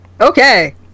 Okay